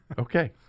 Okay